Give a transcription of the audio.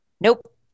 Nope